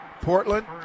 portland